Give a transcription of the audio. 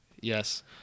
Yes